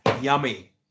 Yummy